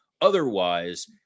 Otherwise